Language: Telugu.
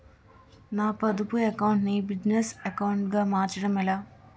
నా పొదుపు అకౌంట్ నీ బిజినెస్ అకౌంట్ గా మార్చడం ఎలా?